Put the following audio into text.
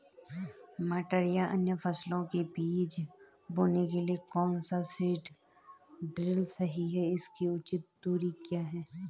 मटर या अन्य फसलों के बीज बोने के लिए कौन सा सीड ड्रील सही है इसकी उचित दूरी क्या है?